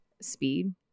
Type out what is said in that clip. speed